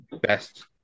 best